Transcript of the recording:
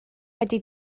wedi